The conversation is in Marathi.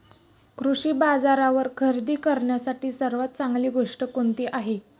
कृषी बाजारावर खरेदी करण्यासाठी सर्वात चांगली गोष्ट कोणती आहे?